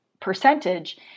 percentage